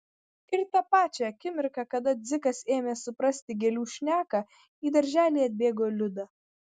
ir tą pačią akimirką kada dzikas ėmė suprasti gėlių šneką į darželį atbėgo liuda